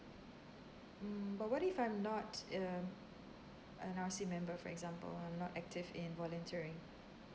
mm but what if I'm not um I'd see remember for example I'm not active in volunteering